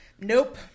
Nope